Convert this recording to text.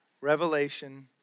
Revelation